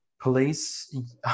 police